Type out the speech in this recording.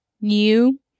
new